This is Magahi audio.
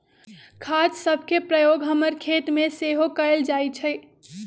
खाद सभके प्रयोग हमर खेतमें सेहो कएल जाइ छइ